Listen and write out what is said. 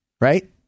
right